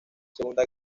segunda